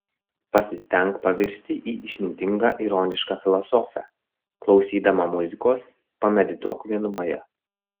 pasistenk pavirsti į išmintingą ironišką filosofę klausydama muzikos pamedituok vienumoje